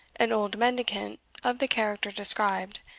an old mendicant of the character described,